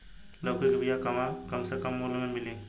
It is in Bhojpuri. लौकी के बिया कहवा से कम से कम मूल्य मे मिली?